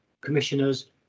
commissioners